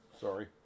Sorry